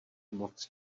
moc